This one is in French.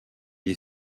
est